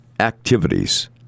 activities